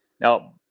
Now